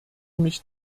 mich